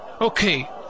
Okay